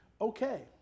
okay